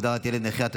הגדרת ילד נכה),